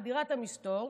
לדירת המסתור,